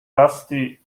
dusty